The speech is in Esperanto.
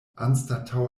anstataŭ